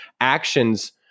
actions